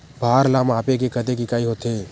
भार ला मापे के कतेक इकाई होथे?